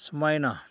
ꯑꯗꯨꯃꯥꯏꯅ